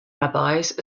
rabbis